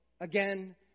again